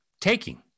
taking